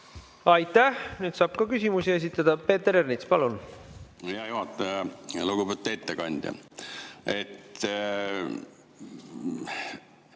Aitäh! Nüüd saab ka küsimusi esitada. Peeter Ernits, palun! Hea juhataja! Lugupeetud ettekandja!